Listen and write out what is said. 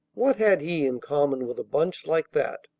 what had he in common with a bunch like that?